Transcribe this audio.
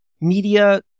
media